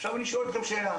עכשיו אני שואל אותכם שאלה,